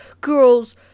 girls